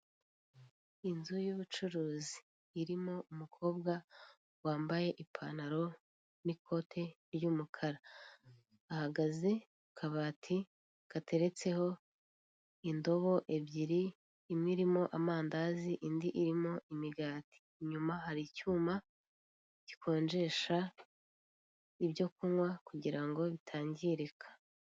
Inzu y'ubucuruzi. Irimo umukobwa wambaye ipantaro n'ikote ry'umukara. Ahagaze mu kabati, gateretseho indobo ebyiri, imwe irimo amandazi, indi irimo imigati. Inyuma hari icyuma gikonjesha ibyokunywa kugira ngo bitangirika.